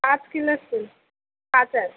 पाच किलो असतील पाचच